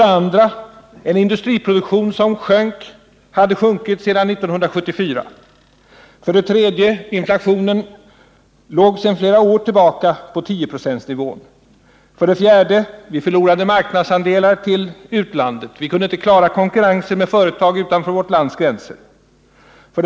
Vi hade en industriproduktion som sjönk och som hade sjunkit sedan 1974. 3. Inflationen låg sedan flera år tillbaka på 10-procentnivån. 4. Vi förlorade marknadsandelar till utlandet. Vi kunde inte klara konkurrensen med företag utanför vårt lands gränser. 5.